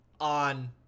on